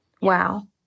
Wow